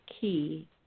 key